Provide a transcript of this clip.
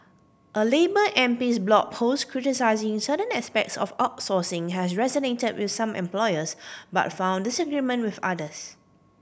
a labour MP's blog post criticising certain aspects of outsourcing has resonated with some employers but found disagreement with others